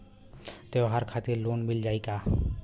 त्योहार खातिर लोन मिल जाई का?